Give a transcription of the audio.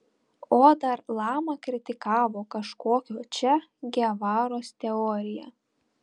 o dar lama kritikavo kažkokio če gevaros teoriją